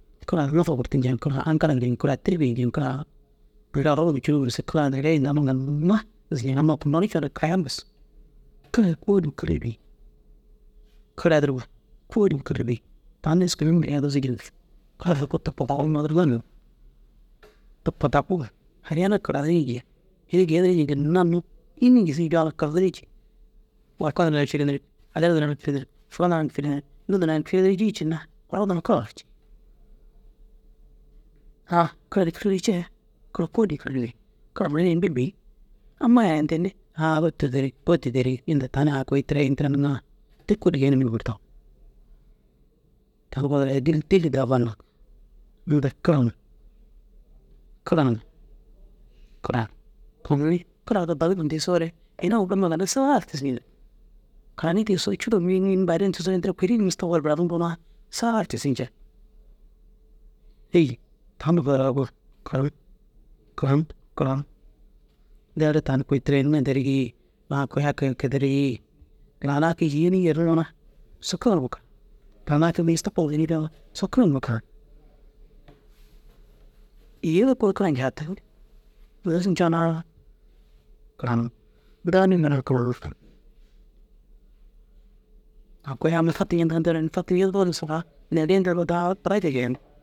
Kara nafa gurti nceŋ kara aŋkala gurti nceŋ kara têrbiye nceŋ kara neere orro numa cûrowu gisig kara neere ini dagima ginna gisi nceŋ amma i kunnoo ru coo na kirayaan bes. Kara ai kôoli ini kirigire bêi kara ai durume kôoli ini kirigire tani nêski nuruu mire duzu jiiŋa ru durume kara ai kôoli tapkee owor tapkee daguru haliyar na karanirii na jii ini geeniri jiŋa ginna unnu înni gisi coo na kaziri jii orko nira na filinirig hadina nira na filinirig fura nira na filinirig dô nira na filinirig jii na owor nuruwi kara cii. Aaa kara ini kii tûruza cee kara kôoli ini kirigire bêi kara mire ru ini bili bêi amma i harayintinni aaa ôtu deri ôtu deri ôtu deri inta tani aaa kôi tira ini tira niŋa te kôli geenim dîmir taŋu. Tani fadiriga dîli da bal nak inta kara numa karan kara soommi kara dagime ntigisoore ini guru ginna sahali tissi nceŋ karani tisoore ini tira kurii te gor buraniŋiroo na sahali tisi nceŋ. Hêi tani unnu duduruga koo karan karan karan dere tani kôi te ini ŋa derigi aaa kôi ai kee derigi lana kii yêni yeruŋoo na usoo kara numa karan tani koo bini tapkee wuri jîdda usoo kara numa karan yêe koo kara ncatini nuzu ncoo na karan ntigani niroo na karan au kôi amma i fatu ncentigaa nteru fatu ncentoo niroo na saga da karan nii da diraja geeniŋ.